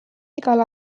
igal